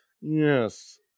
Yes